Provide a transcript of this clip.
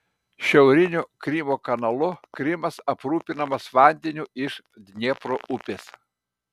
šiauriniu krymo kanalu krymas aprūpinamas vandeniu iš dniepro upės